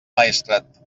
maestrat